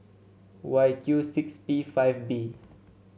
Y Q six P five B